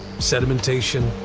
sedimentation,